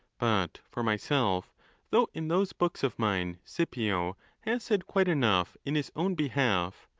but for myself though in those books of mine scipio has said quite enough in his own behalf,